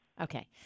Okay